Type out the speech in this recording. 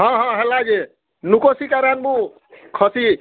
ହଁ ହଁ ହେଲା ଯେ ନୁକୋ ଶିକାର୍ ଆନ୍ବୁ ଖସି